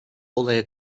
olaya